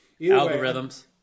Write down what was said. algorithms